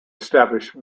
establish